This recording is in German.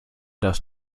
das